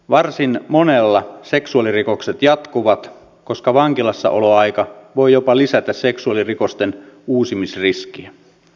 varsin monella seksuaalirikokset jatkuvat koska vankilassaoloaika voi jopa lisätä seksuaalirikosten uusimisriskiä